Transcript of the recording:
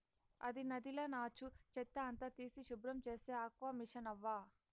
అది నదిల నాచు, చెత్త అంతా తీసి శుభ్రం చేసే ఆక్వామిసనవ్వా